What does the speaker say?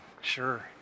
Sure